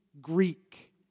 Greek